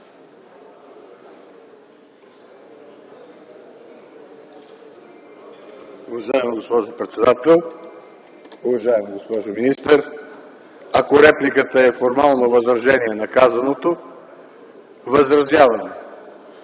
Уважаема госпожо председател, уважаема госпожо министър! Ако репликата е формално възражение на казаното, възразявам